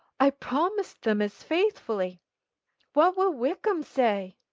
i promised them as faithfully what will wickham say?